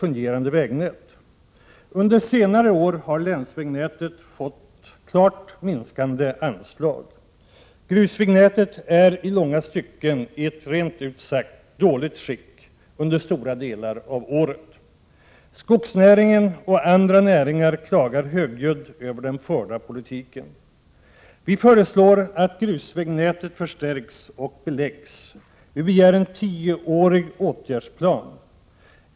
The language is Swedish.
Under senare år har länsvägnätet fått klart minskade anslag. Grusvägnätet är i långa stycken i ett rent ut sagt dåligt skick under stora delar av året. Skogsnäringen och andra näringar klagar högljutt över den förda politiken. Vi föreslår att grusvägnätet förstärks och beläggs. Vi begär en tioårig åtgärdsplan.